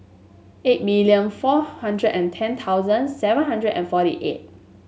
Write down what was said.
eight million four hundred and ten thousand seven hundred and forty eight